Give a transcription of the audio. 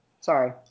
Sorry